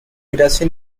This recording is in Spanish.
gracia